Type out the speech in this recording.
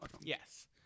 Yes